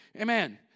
Amen